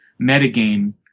metagame